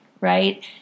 Right